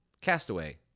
Castaway